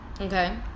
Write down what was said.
okay